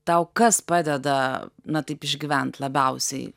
tau kas padeda na taip išgyvent labiausiai